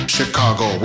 Chicago